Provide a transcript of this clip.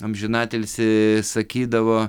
amžinatilsį sakydavo